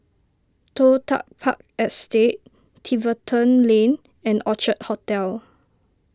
Toh Tuck Park Estate Tiverton Lane and Orchard Hotel